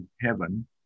heaven